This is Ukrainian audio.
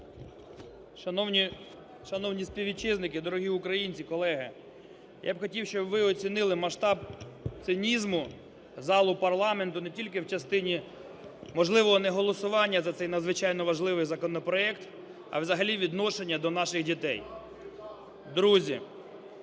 Шановні співвітчизники, дорогі українці, колеги! Я б хотів, щоб ви оцінили масштаб цинізму залу парламенту не тільки в частині можливого неголосування за цей надзвичайно важливий законопроект, а взагалі відношення до наших дітей. Друзі,